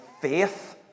faith